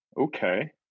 okay